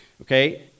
okay